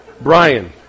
Brian